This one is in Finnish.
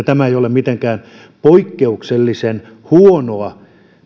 tämä ei ole mitenkään poikkeuksellisen huonoa